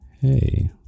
Hey